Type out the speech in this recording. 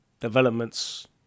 developments